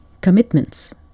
commitments